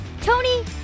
Tony